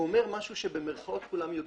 הוא אומר משהו שבמירכאות כולם יודעים.